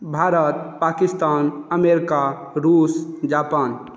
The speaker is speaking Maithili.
भारत पाकिस्तान अमेरीका रूस में जापान